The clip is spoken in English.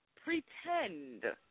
pretend